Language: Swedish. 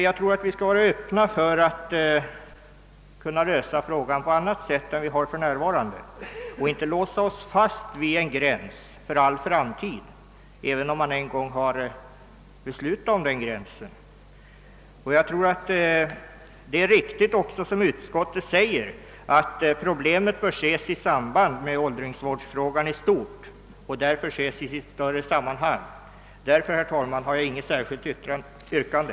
Jag menar att vi skall inte vara främmande för andra lösningar av frågan än vad som för närvarande gäller och att vi inte för all framtid skall låsa oss vid en gräns, som riksdagen en gång beslutat om. Men jag tror också att det är riktigt som utskottet uttalar, att problemet bör ses i samband med åldringsvårdsfrågan 1 stort. Jag har därför, herr talman, inget yrkande.